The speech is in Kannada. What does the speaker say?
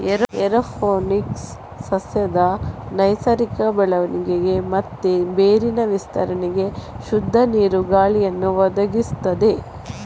ಏರೋಪೋನಿಕ್ಸ್ ಸಸ್ಯದ ನೈಸರ್ಗಿಕ ಬೆಳವಣಿಗೆ ಮತ್ತೆ ಬೇರಿನ ವಿಸ್ತರಣೆಗೆ ಶುದ್ಧ ನೀರು, ಗಾಳಿಯನ್ನ ಒದಗಿಸ್ತದೆ